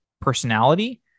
personality